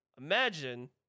Imagine